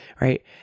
Right